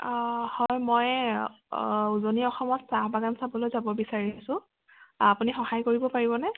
আ হয় মই উজনি অসমত চাহ বাগান চাবলৈ যাব বিচাৰিছোঁ আপুনি সহায় কৰিব পাৰিবনে